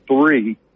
three